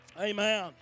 Amen